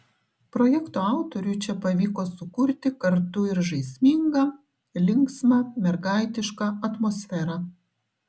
projekto autoriui čia pavyko sukurti kartu ir žaismingą linksmą mergaitišką atmosferą